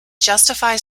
justify